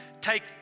take